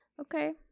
Okay